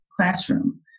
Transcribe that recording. classroom